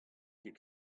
ket